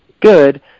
good